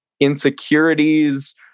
insecurities